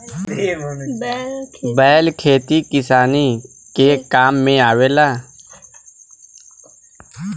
बैल खेती किसानी के काम में आवेला